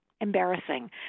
embarrassing